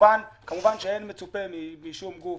כמובן שאין מצופה מאף גוף,